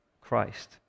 Christ